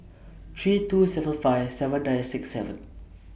three two seven five seven nine six seven